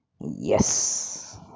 yes